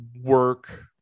work